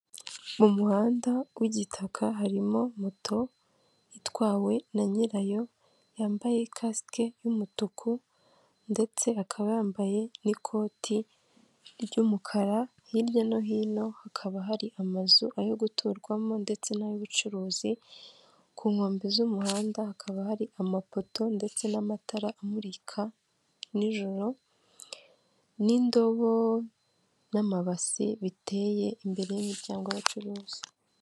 Mu muhanda w'igitaka harimo moto itwawe na nyirayo, yambaye ikasike y'umutuku ndetse akaba yambaye n'ikoti ry'umukara, hirya no hino hakaba hari amazu ayo guturwamo ndetse n'ay'ubucuruzi, ku nkombe z'umuhanda hakaba hari amapoto ndetse n'amatara amurika nijoro n'indobo n'amabasi biteye imbere y'imiryango y'abacuruzi.